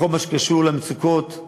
בכל מה שקשור למצוקות,